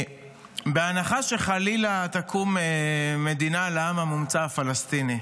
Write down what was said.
בהנחה שחלילה תקום מדינה לעם המומצא הפלסטיני,